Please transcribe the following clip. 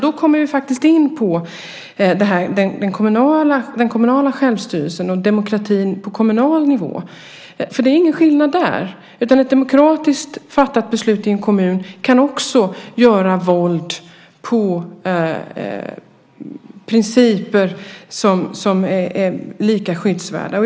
Då kommer vi faktiskt in på den kommunala självstyrelsen och demokratin på kommunal nivå, för det är ingen skillnad där. Ett demokratiskt fattat beslut i en kommun kan också göra våld på principer som är lika skyddsvärda.